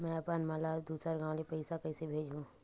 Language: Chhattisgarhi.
में अपन मा ला दुसर गांव से पईसा कइसे भेजहु?